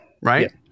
right